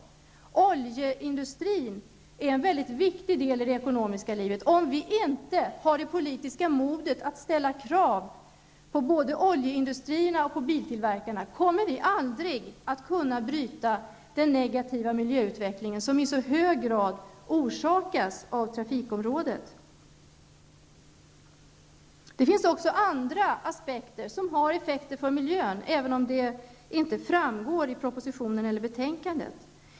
Oljeindustrin är en mycket viktig del i det ekonomiska livet. Om vi inte har det politiska modet att ställa krav på både oljeindustrin och biltillverkarna kommer vi aldrig att kunna bryta den negativa miljöutvecklingen som i så hög grad orsakas av trafikområdet. Det finns också andra saker som har effekter på miljön även om det inte framgår av propositionen eller betänkandet.